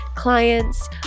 clients